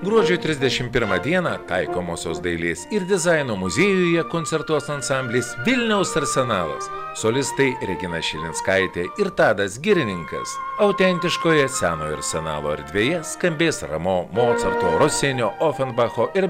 gruodžio trisdešimt pirmą dieną taikomosios dailės ir dizaino muziejuje koncertuos ansamblis vilniaus arsenalas solistai regina šilinskaitė ir tadas girininkas autentiškoje senojo arsenalo erdvėje skambės ramo mocarto rosinio ofenbacho ir